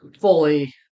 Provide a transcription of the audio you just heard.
fully